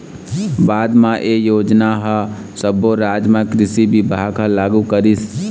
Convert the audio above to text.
बाद म ए योजना ह सब्बो राज म कृषि बिभाग ह लागू करिस